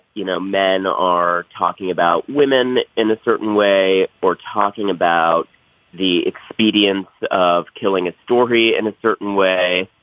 you know men are talking about women in a certain way or talking about the expedience of killing a story in and a certain way.